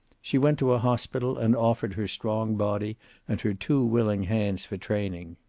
she went to a hospital, and offered her strong body and her two willing hands for training.